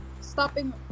stopping